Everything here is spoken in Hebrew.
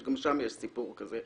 גם שם יש סיפור כזה,